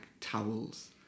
towels